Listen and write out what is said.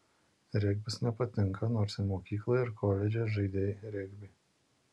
regbis nepatinka nors ir mokykloje ir koledže žaidei regbį